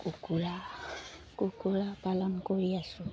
কুকুৰা কুকুৰা পালন কৰি আছোঁ